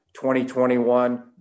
2021